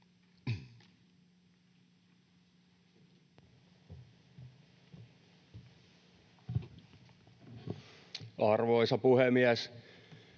Arvoisa puhemies!